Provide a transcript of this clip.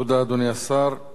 תודה, אדוני השר.